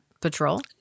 patrol